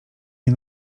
nie